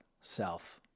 self